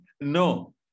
No